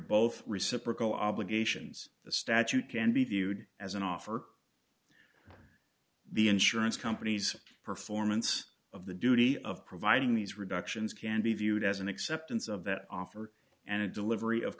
both reciprocal obligations the statute can be viewed as an offer the insurance company's performance of the duty of providing these reductions can be viewed as an acceptance of that offer and a delivery of